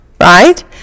right